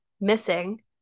missing